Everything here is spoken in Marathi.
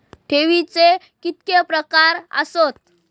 ठेवीचे कितके प्रकार आसत?